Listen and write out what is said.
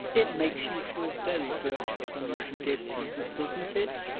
it makes you feel very virtuous when you forgive people, doesn't it?